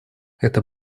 эта